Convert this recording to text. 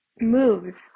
moves